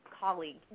colleague